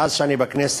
מאז שאני בכנסת,